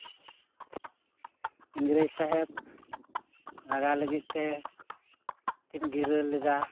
ᱤᱝᱨᱟᱹᱡᱽ ᱥᱟᱦᱮᱵᱽ ᱞᱟᱜᱟ ᱞᱟᱹᱜᱤᱫ ᱛᱮ ᱠᱤᱱ ᱜᱤᱨᱟᱹ ᱞᱮᱫᱟ